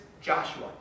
Joshua